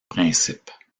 principe